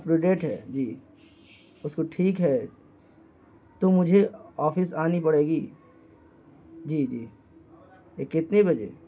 up to date ہے جی اس کو ٹھیک ہے تو مجھے آفس آنی پڑے گی جی جی یہ کتنے بجے